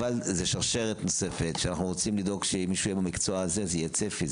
אבל זו שרשרת נוספת שאנחנו רוצים לדאוג שמי שיהיה במקצוע זה יהיה צפי,